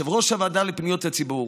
כיושב-ראש הוועדה לפניות הציבור